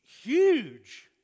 huge